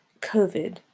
COVID